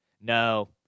No